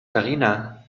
karina